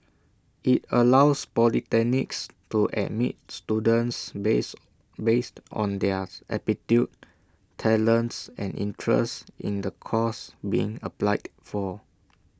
IT allows polytechnics to admits students base based on their aptitude talents and interests in the course being applied for